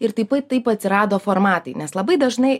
ir taip pat taip atsirado formatai nes labai dažnai